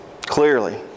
Clearly